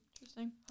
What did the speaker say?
Interesting